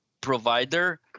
provider